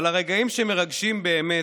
אבל הרגעים שמרגשים באמת,